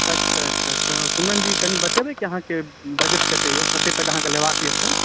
अच्छा अच्छा तऽ कुन्दन जी कनी बतेबै कि अहाँके बजट कतेक यए कतेक तक अहाँकेँ लेबाक यए फोन